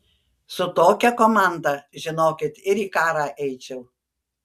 su tokia komanda žinokit ir į karą eičiau